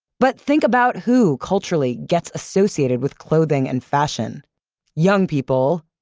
but think about who, culturally, gets associated with clothing and fashion young people,